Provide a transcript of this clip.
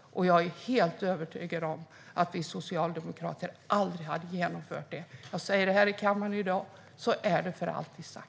och jag är helt övertygad om att vi socialdemokrater aldrig hade genomfört det. Jag säger det i kammaren i dag, så är det för alltid sagt.